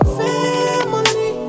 family